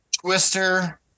Twister